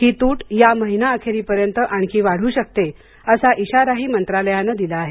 ही तूट या महिना अखेरीपर्यंत आणखी वाढू शकते असा इशाराही मंत्रालयानं दिला आहे